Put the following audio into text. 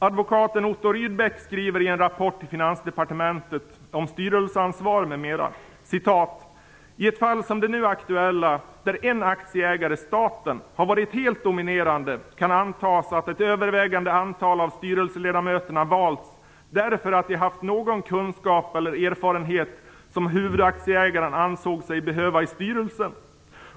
Advokaten Otto Rydbeck skriver i en rapport om styrelseansvar m.m. till Finansdepartementet: "I ett fall som det nu aktuella, där en aktieägare har varit helt dominerande, kan antagas att ett övervägande antal av styrelseledamöterna valts därför att de haft någon kunskap eller erfarenhet som huvudaktieägaren ansåg sig behöva i styrelsen.